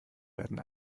werden